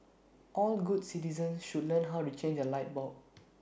all good citizens should learn how to change A light bulb